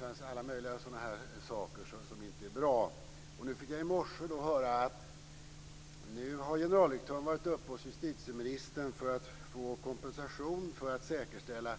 Det finns alla möjliga sådana här saker som inte är bra. Nu fick jag i morse höra att generaldirektören har varit uppe hos justitieministern för att få kompensation för att säkerställa